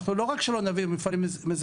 אנחנו לא רק שלא נביא מפעלים מזהמים,